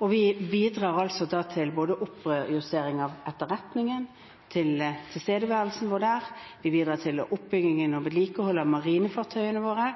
og vi bidrar altså til oppjustering av etterretning, til tilstedeværelsen vår der, vi bidrar til oppbygging og vedlikehold av marinefartøyene våre,